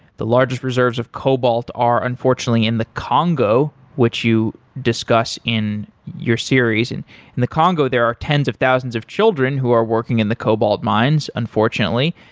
the largest reserves of cobalt are unfortunately in the congo, which you discuss in your series. in and the congo there are tens of thousands of children who are working in the cobalt mines, unfortunately.